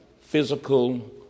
physical